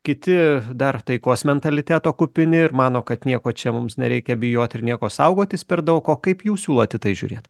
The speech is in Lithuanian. kiti dar taikos mentaliteto kupini ir mano kad nieko čia mums nereikia bijot ir nieko saugotis per daug o kaip jūs siūlot į tai žiūrėt